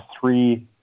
three